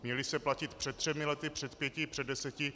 Měly se platit před třemi lety, před pěti i před deseti.